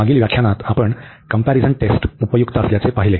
मागील व्याख्यानात आपण कंपॅरिझन टेस्ट उपयुक्त असल्याचे पाहिले